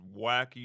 wacky